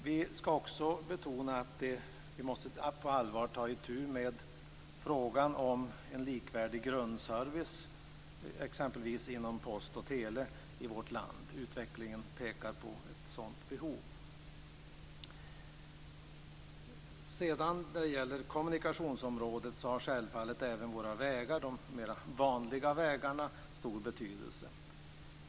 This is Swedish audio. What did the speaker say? Vi betonar också att man på allvar måste ta itu med frågan om en likvärdig grundservice, t.ex. inom post och tele i vårt land. Utvecklingen pekar på ett sådant behov. När det gäller kommunikationsområdet har självfallet våra vägar - de mera vanliga vägarna - stor betydelse.